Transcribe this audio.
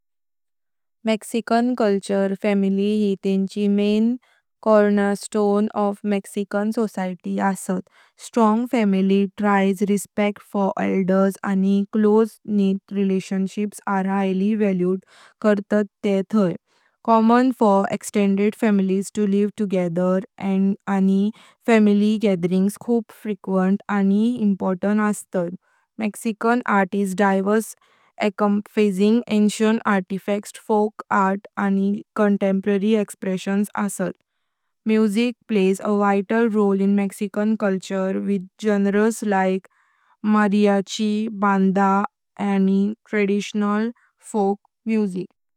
मेक्सिकन संस्कृती फॅमिली ही तेंची मुख्य कोर्नरस्टोन ऑफ मेक्सिकन सोसायटी असता। Strong family ties, respect for elders, आणि close knit relationships are highly valued करतात ते थाई। Common for extended families to live together, आणि फॅमिली गॅदरिंग्स खूप फ्रिक्वेंट आणि इम्पॉर्टंट असत। Mexican art is diverse, encompassing ancient artifacts, folk art, आणि contemporary expressions असत। Music plays a vital role in Mexican संस्कृती, with genres like mariachi, banda, आणि traditional फोक म्युझिक।